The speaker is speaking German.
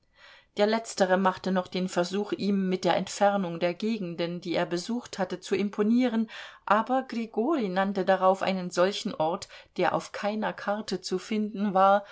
der letztere machte noch den versuch ihm mit der entfernung der gegenden die er besucht hatte zu imponieren aber grigorij nannte darauf einen solchen ort der auf keiner karte zu finden war